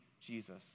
Jesus